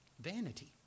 vanity